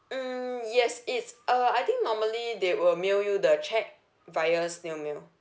mm yes it's uh I think normally they will mail you the check via snail mail